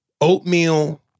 Oatmeal